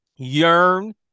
yearn